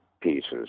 pieces